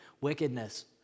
wickedness